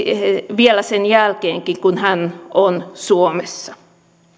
vielä sen jälkeenkin kun hän on suomessa